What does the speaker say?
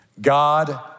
God